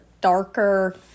darker